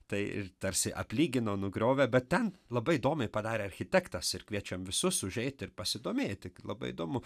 tai ir tarsi aplygino nugriovė bet ten labai įdomiai padarė architektas ir kviečiam visus užeit ir pasidomėti labai įdomu